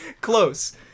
close